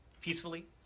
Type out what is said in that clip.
peacefully